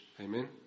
Amen